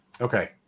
Okay